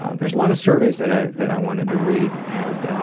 ah there's a lot of surveys that i that i wanted to read and,